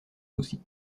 soucis